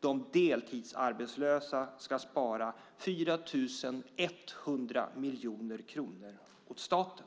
De deltidsarbetslösa ska spara 4 100 miljoner kronor åt staten.